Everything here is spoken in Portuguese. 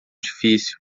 difícil